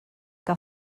que